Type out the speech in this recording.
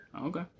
Okay